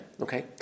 okay